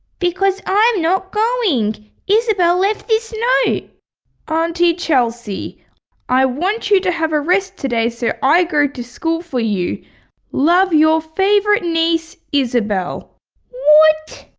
because i'm not going isabelle left this note auntie chelsea i want you to have a rest today so i go to school for you love your favourite niece, isabelle what!